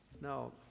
Now